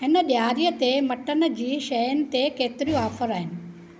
हिन ॾियारीअ ते मटन जी शयुनि ते केतिरियूं ऑफर आहिनि